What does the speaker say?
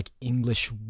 English